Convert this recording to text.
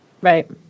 Right